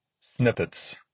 snippets